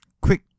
quick